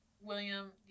William